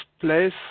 place